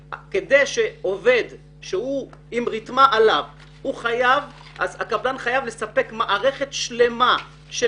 כשעובד עם רתמה עליו הקבלן חייב לספק מערכת שלמה של